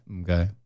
Okay